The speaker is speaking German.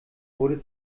wurde